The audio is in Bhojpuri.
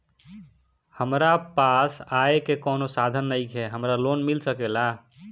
हमरा पास आय के कवनो साधन नईखे हमरा लोन मिल सकेला?